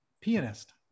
pianist